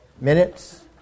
minutes